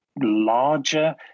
larger